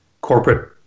corporate